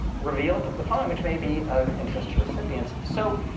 revealed the following, which may be of interest to recipients. so